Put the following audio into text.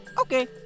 okay